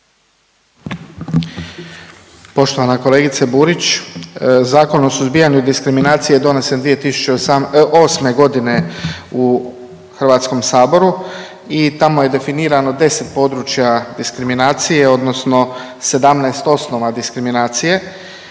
Poštovana kolegice Burić, Zakon o suzbijanju diskriminacije donesen 2008. godine u Hrvatskom saboru i tamo je definirano deset područja diskriminacije, odnosno 17 osnova diskriminacije.